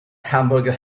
hamburger